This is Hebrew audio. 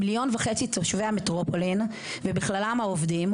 1.5 מיליון תושבי המטרופולין ובכללם העובדים,